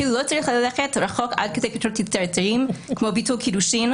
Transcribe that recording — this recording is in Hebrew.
אפילו לא צריך ללכת רחוק עד כדי פתרונות יצירתיים כמו ביטול קידושין,